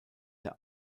der